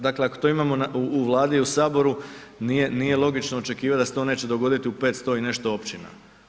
Dakle ako to imamo u Vladi u Saboru nije logično očekivati da se to neće dogoditi u 500 i nešto općina.